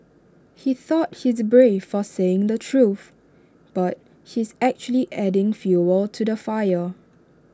he thought he's brave for saying the truth but he's actually adding fuel to the fire